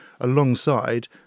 alongside